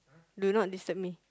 do not disturb me